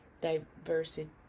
diversity